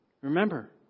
Remember